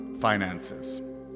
finances